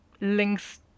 links